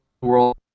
world